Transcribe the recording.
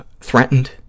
Threatened